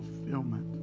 fulfillment